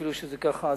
אפילו שזה ככה,